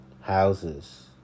houses